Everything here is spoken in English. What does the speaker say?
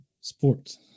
Sports